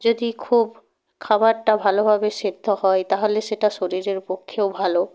যদি খুব খাবারটা ভালোভাবে সিদ্ধ হয় তাহলে সেটা শরীরের পক্ষেও ভালো